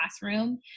classroom